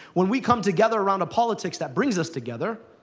when we come together around a politics that brings us together,